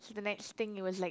so the next thing it was like